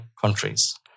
countries